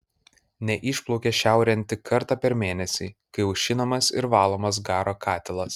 neišplaukia šiaurėn tik kartą per mėnesį kai aušinamas ir valomas garo katilas